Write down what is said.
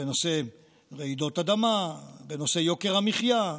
בנושא רעידות אדמה, בנושא יוקר המחיה,